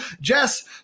Jess